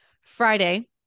friday